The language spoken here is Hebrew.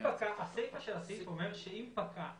הסיפה של הסעיף אומרת שאם פקע.